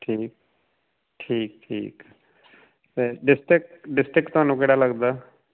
ਠੀਕ ਠੀਕ ਠੀਕ ਅਤੇ ਡਿਸਟਿਕ ਡਿਸਟ੍ਰਿਕ ਤੁਹਾਨੂੰ ਕਿਹੜਾ ਲੱਗਦਾ